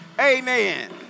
Amen